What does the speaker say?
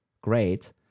Great